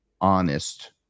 honest